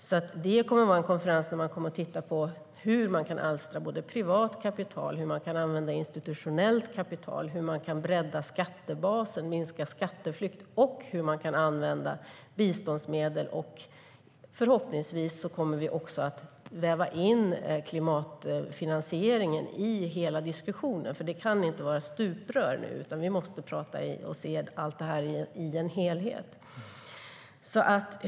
Det kommer alltså att vara en konferens där man kommer att titta både på hur man kan alstra privat kapital och på hur man kan använda institutionellt kapital samt hur man kan bredda skattebasen, minska skatteflykt och använda biståndsmedel. Förhoppningsvis kommer vi också att väva in klimatfinansieringen i hela diskussionen. Det kan nämligen inte vara stuprör nu, utan vi måste se allt detta som en helhet.